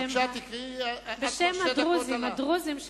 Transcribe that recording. בשם הדרוזים,